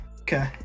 Okay